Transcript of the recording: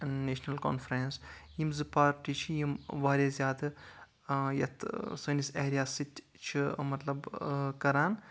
national Conference یِم زٕ party چھِ یِم واریاہ زیادٕ یَتھ سٲنِس ایریاہس سۭتۍ چھِ مطلب کَران